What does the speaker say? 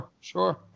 Sure